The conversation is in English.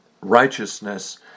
Righteousness